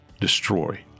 destroy